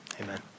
amen